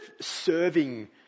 serving